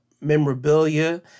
memorabilia